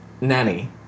nanny